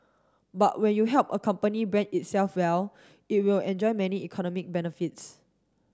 but when you help a company brand itself well it will enjoy many economic benefits